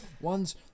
One's